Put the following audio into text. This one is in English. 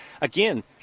Again